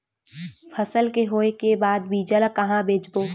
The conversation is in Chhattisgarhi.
फसल के होय के बाद बीज ला कहां बेचबो?